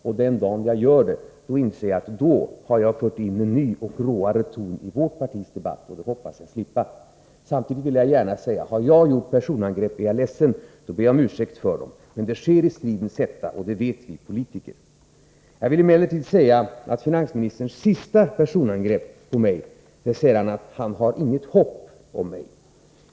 Och den dag jag gör det — då inser jag att jag har fört in en ny och råare ton i vårt partis debatt. Det hoppas jag slippa. Samtidigt vill jag gärna säga att har jag gjort personangrepp är jag ledsen och ber om ursäkt för dem — det sker i stridens hetta, och det vet vi politiker. I finansministerns sista personangrepp på mig säger han att han har inget hopp om mig.